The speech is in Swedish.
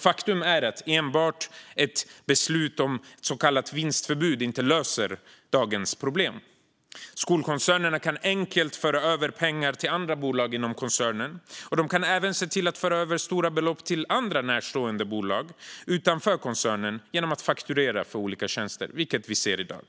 Faktum är dock att enbart ett beslut om ett så kallat vinstförbud inte löser dagens problem. Skolkoncernerna kan enkelt föra över pengar till andra bolag inom koncernen. De kan även föra över stora belopp till närstående bolag utanför koncernen genom att fakturera för diverse tjänster, vilket vi ser i dag.